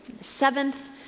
seventh